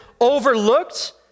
overlooked